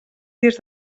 des